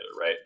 right